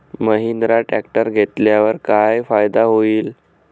Mahindra tractor घेतल्यावर काय फायदा होईल?